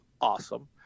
awesome